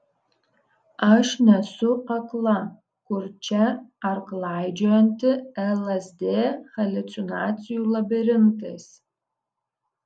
aš nesu akla kurčia ar klaidžiojanti lsd haliucinacijų labirintais